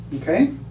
Okay